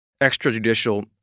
extrajudicial